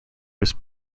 was